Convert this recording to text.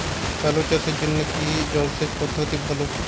আলু চাষের জন্য কী রকম জলসেচ পদ্ধতি ভালো?